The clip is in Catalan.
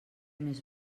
més